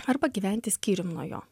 arba gyventi skyrium nuo jo